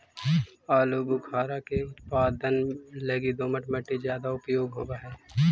आलूबुखारा के उत्पादन लगी दोमट मट्टी ज्यादा उपयोग होवऽ हई